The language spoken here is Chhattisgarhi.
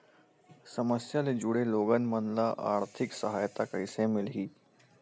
समस्या ले जुड़े लोगन मन ल आर्थिक सहायता कइसे मिलही?